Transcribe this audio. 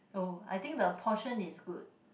oh I think the portion is good